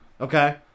Okay